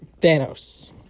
Thanos